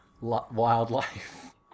wildlife